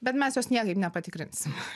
bet mes jos niekaip nepatikrinsim